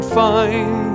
find